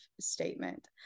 statement